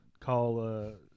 call